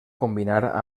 combinar